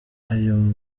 ayo